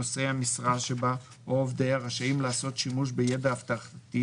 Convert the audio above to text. נושאי המשרה שבה או עובדיה רשאים לעשות שימוש בידע אבטחתי